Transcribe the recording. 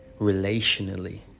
relationally